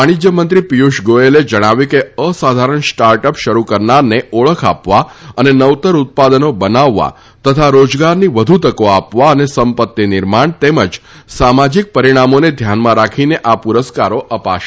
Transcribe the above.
વાણિજ્ય મંત્રી પિયુષ ગોયલે જણાવ્યું છે કે અસાધારણ સ્ટાર્ટઅપ શરૂ કરનારને ઓળખ આપવા અને નવતર ઉત્પાદનો બનાવવા તથા રોજગારની વધુ તકો આપવા અને સંપત્તિ નિર્માણ તેમજ સામાજિક પરિણામોને ધ્યાનમાં રાખીને આ પુરસ્કારો અપાશે